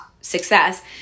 success